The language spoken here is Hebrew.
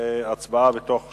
הצבעה בתוך שבועיים.